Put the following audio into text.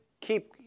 keep